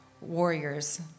warriors